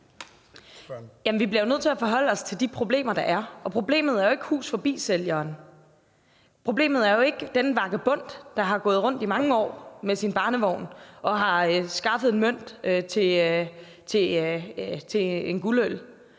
Vi bliver nødt til at forholde os til de problemer, der er, og problemet er jo ikke Hus Forbi-sælgeren. Problemet er jo ikke den vagabond, der har gået rundt i mange år med sin barnevogn og har skaffet en mønt til en guldøl.